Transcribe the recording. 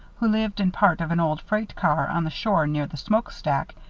who lived in part of an old freight car on the shore near the smoke-stack,